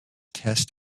test